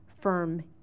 firm